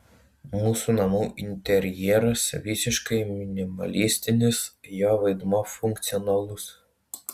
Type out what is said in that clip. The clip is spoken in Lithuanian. mūsų namų interjeras visiškai minimalistinis jo vaidmuo funkcionalus